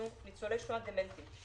ניצולי שואה דמנטיים.